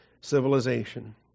civilization